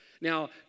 Now